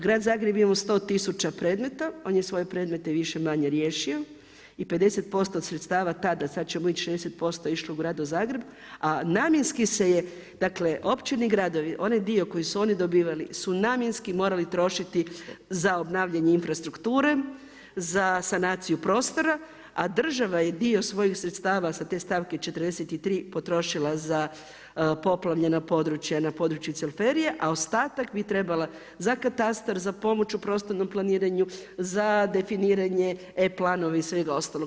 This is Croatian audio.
Grad Zagreb je imao 100 tisuća predmeta, on je svoje predmete više-manje riješio i 50% od sredstava tada, sada ćemo ići 60% išlo u grad Zagreb a namjenski se je, dakle općine i gradovi, onaj dio koji su oni dobivali su namjenski morali trošiti za obnavljanje infrastrukture, za sanaciju prostora a država je dio svojih sredstava sa te stavke 43 potrošila za poplavljena područja na području cvelferije a ostatak bi trebala za katastar, za pomoć u prostornom planiranju, za definiranje e-planovi i svega ostalog.